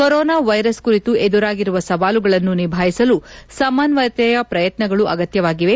corona virus ಕುರಿತು ಎದುರಾಗಿರುವ ಸವಾಲುಗಳನ್ನು ನಿಭಾಯಿಸಲು ಸಮನ್ನಯತೆಯ ಪ್ರಯತ್ನಗಳು ಅಗತ್ಯವಾಗಿವೆ